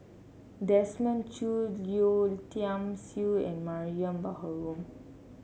Desmond Choo Yeo Tiam Siew and Mariam Baharom